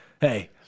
hey